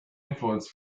influence